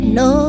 no